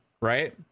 right